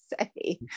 say